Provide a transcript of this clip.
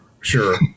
sure